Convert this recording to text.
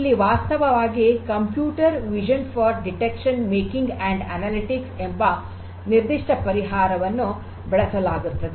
ಇಲ್ಲಿ ವಾಸ್ತವವಾಗಿ ನಿರ್ಧಾರ ಮತ್ತು ವಿಶ್ಲೇಷಣೆಗಾಗಿ ಕಂಪ್ಯೂಟರ್ ದೃಷ್ಟಿಯ ಕಾರ್ಯವಿಧಾನಗಳು ಎಂಬ ನಿರ್ದಿಷ್ಟ ಪರಿಹಾರವನ್ನು ಬಳಸಲಾಗುತ್ತಿದೆ